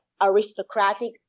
aristocratic